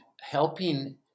helping